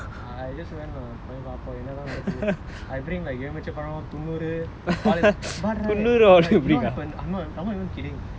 I I just went lah போய் பார்ப்போம் என்னதான் நடக்குது:poi paarppoom ennathaan natakkuthu I bring my எலுமிச்சபழம் வாழை:elumichapazham vaalai but right I'm not even kidding